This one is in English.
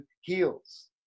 heals